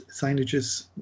signages